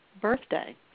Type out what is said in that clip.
birthday